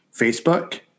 Facebook